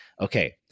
Okay